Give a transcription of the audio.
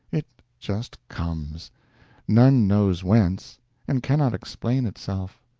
it just comes none knows whence and cannot explain itself.